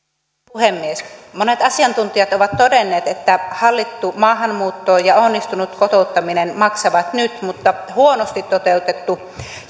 puhemies monet asiantuntijat ovat todenneet että hallittu maahanmuutto ja onnistunut kotouttaminen maksavat nyt mutta huonosti toteutettu